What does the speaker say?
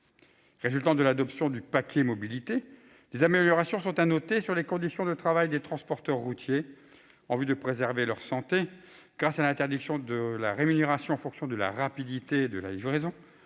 Résultant de l'adoption du paquet mobilité, des améliorations sont à noter sur les conditions de travail des transporteurs routiers, en vue de préserver leur santé grâce à l'interdiction de la rémunération en fonction de la rapidité de la livraison